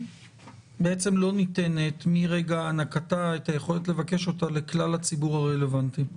בעצם לא ניתנת מרגע הענקתה את היכולת לבקש אותה לכלל הציבור הרלוונטי.